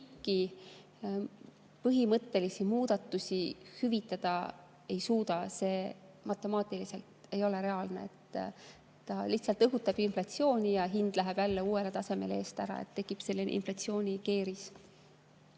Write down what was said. põhimõttelisi muudatusi hüvitada ei suuda. See ei ole matemaatiliselt reaalne, see lihtsalt õhutab inflatsiooni, hind läheb jälle uuele tasemele eest ära ja tekib selline inflatsioonikeeris.